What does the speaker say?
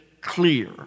clear